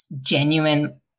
genuine